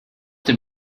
dem